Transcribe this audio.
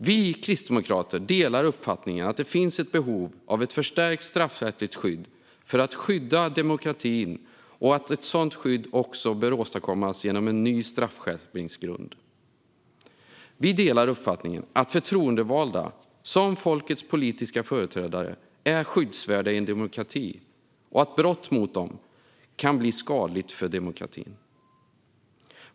Vi kristdemokrater delar uppfattningen att det finns ett behov av ett förstärkt straffrättsligt skydd för att skydda demokratin och att ett sådant skydd bör åstadkommas genom en ny straffskärpningsgrund. Vi delar uppfattningen att förtroendevalda, som folkets politiska företrädare, är skyddsvärda i en demokrati och att brott mot dem kan bli skadligt för demokratin.